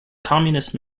communist